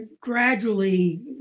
gradually